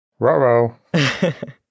Roro